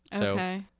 Okay